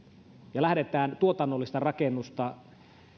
ja lähdetään tuotannollista rakennusta